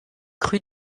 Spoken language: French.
cru